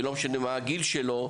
ולא משנה מה הגיל שלו,